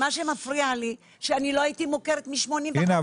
אבל מה שמפריע לי שאני לא הייתי מוכרת מ-81' עד שנת 2000. אבל הינה,